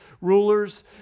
rulers